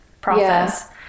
process